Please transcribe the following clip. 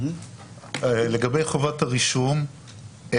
לגבי חובת הרישום,